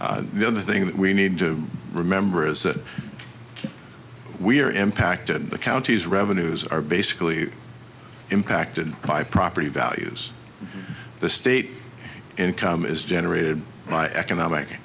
the other thing that we need to remember is that we are impacted the counties revenues are basically impacted by property values the state income is generated by economic